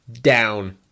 down